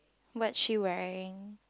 what she wearing